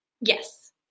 Yes